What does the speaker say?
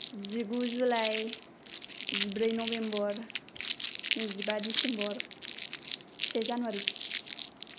जिगु जुलाइ जिब्रै नबेम्बर नैजिबा डिसेम्बर से जानुवारि